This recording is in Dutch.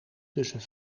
tussen